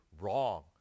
wrong